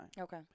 okay